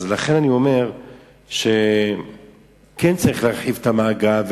לכן אני אומר שכן צריך להרחיב את המעגל,